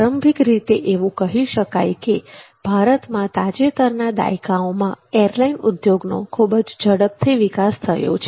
પ્રારંભિક રીતે એવું કહી શકાય કે ભારતમાં તાજેતરના દાયકાઓમાં એરલાઇન ઉદ્યોગનો ખૂબ જ ઝડપથી વિકાસ થયો છે